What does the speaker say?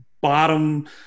bottom